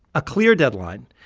a clear deadline.